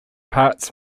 parts